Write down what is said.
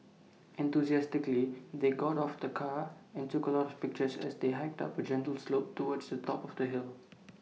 enthusiastically they got of the car and took A lot of pictures as they hiked up A gentle slope towards the top of the hill